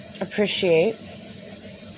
appreciate